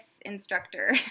instructor